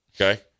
Okay